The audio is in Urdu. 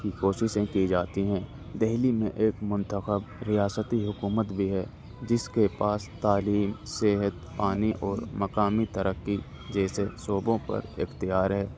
کی کوششیں کی جاتی ہیں دہلی میں ایک منتخب ریاستی حکومت بھی ہے جس کے پاس تعلیم صحت پانی اور مقامی ترقی جیسے شعبوں پر اختیار ہے